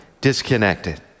disconnected